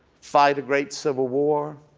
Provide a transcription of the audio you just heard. fight a great civil war,